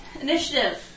initiative